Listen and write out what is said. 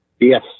Yes